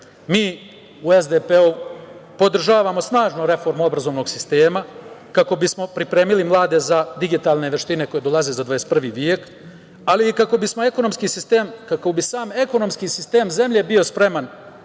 u SDPS podržavamo snažno reformu obrazovnog sistema kako bismo pripremili mlade za digitalne veštine koje dolaze za 21. vek, ali i kako bi sam ekonomski sistem zemlje bio spreman